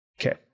Okay